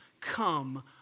come